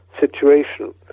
situation